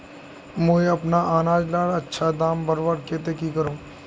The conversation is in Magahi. मुई अपना अनाज लार अच्छा दाम बढ़वार केते की करूम?